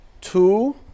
two